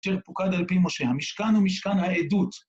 שפוקד אל פי משה, המשכן הוא משכן העדות.